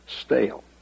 stale